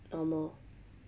normal